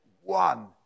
one